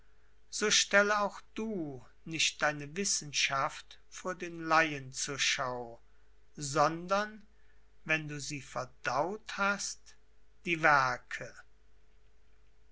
so stelle auch du nicht deine wissenschaft vor den laien zur schau sondern wenn du sie verdaut hast die werke